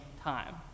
time